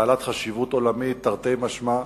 בעלת חשיבות עולמית, תרתי משמע.